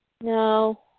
No